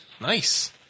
Nice